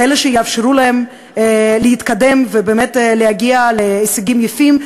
כאלה שיאפשרו להם להתקדם ובאמת להגיע להישגים יפים,